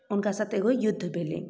हुनका साथ एगो युद्ध भेलै